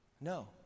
No